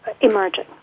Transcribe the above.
emerging